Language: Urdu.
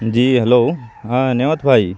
جی ہیلو ہاں نعمت بھائی